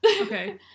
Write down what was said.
Okay